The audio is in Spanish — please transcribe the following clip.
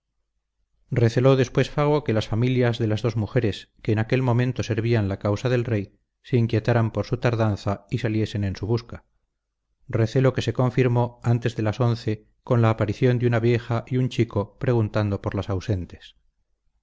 receló después fago que las familias de las dos mujeres que en aquel momento servían la causa del rey se inquietaran por su tardanza y saliesen en su busca recelo que se confirmó antes de las once con la aparición de una vieja y un chico preguntando por las ausentes